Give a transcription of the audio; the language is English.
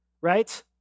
right